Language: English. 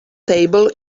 table